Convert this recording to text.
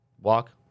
walk